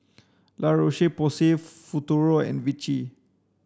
La Roche Porsay Futuro and Vichy